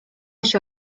się